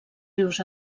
rius